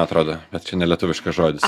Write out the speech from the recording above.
atrodo bet čia nelietuviškas žodis